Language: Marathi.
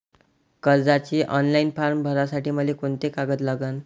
कर्जाचे ऑनलाईन फारम भरासाठी मले कोंते कागद लागन?